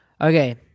Okay